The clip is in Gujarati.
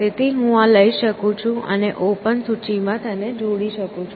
તેથી હું આ લઈ શકું છું અને ઓપન સૂચિમાં તેને જોડી શકું છું